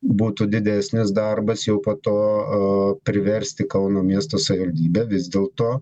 būtų didesnis darbas jau po to priversti kauno miesto savivaldybę vis dėlto